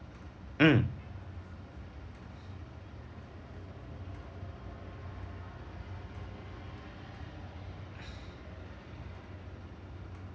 mm